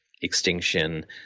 extinction